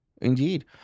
Indeed